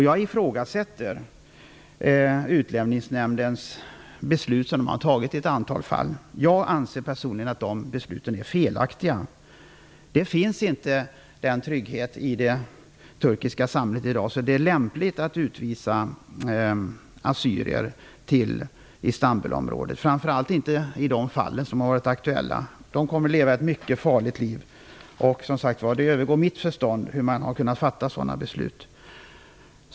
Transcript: Jag ifrågasätter de beslut som Utlänningsnämnden har fattat i en antal fall. Personligen anser jag att de besluten är felaktiga. Det finns inte en sådan trygghet i det turkiska samhället i dag att det är lämpligt att utvisa assyrier till Istanbulområdet, framför allt inte i de fall som varit aktuella. De kommer att leva ett mycket farligt liv, och det övergår mitt förstånd hur man har kunnat fatta sådana beslut.